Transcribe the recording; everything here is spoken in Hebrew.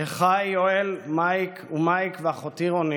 אחיי יואל ומייק ואחותי רונית,